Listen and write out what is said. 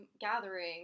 gathering